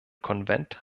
konvent